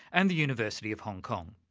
and the university of hong kong.